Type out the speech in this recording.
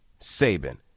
Saban